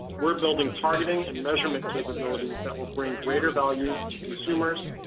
we're building targeting and measurement capabilities that will bring greater value to consumers,